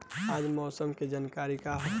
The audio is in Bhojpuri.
आज मौसम के जानकारी का ह?